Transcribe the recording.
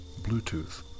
Bluetooth